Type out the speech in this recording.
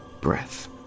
breath